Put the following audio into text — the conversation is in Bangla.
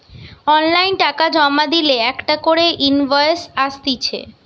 অনলাইন টাকা জমা দিলে একটা করে ইনভয়েস আসতিছে